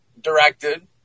directed